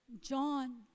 John